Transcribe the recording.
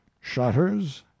shutters